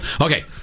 Okay